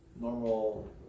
normal